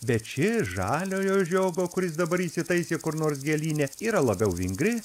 bet ši žaliojo žiogo kuris dabar įsitaisė kur nors gėlyne yra labiau vingri